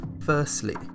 firstly